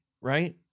right